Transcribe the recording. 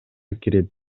кирет